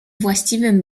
właściwym